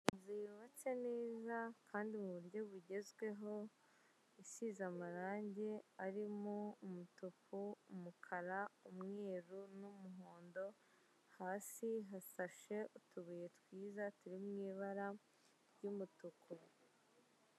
Inzu yubatswe neza kandi muburyo bugezweho isize amarange arimo: umutuku, umukara umweru, n'umuhondo; hasi hasashe utubuye twiza turi mu ibara ry'umutuku.